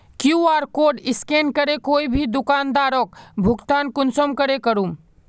QR code scan करे कोई भी दुकानदारोक भुगतान कुंसम करे करूम?